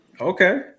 Okay